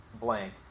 blank